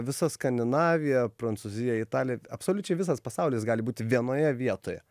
visa skandinavija prancūzija italija absoliučiai visas pasaulis gali būti vienoje vietoje